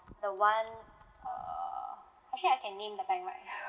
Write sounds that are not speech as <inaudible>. the one err actually I can name the bank right <laughs>